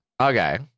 Okay